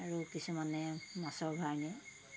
আৰু কিছুমানে মাছৰ ভাৰ নিয়ে